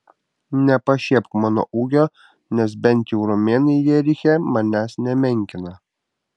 nepašiepk mano ūgio nes bent jau romėnai jeriche manęs nemenkina